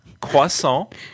Croissant